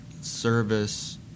service